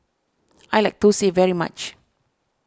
I like Thosai very much